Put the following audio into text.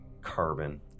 carbon